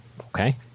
okay